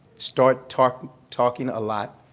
start talking talking a lot,